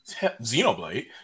Xenoblade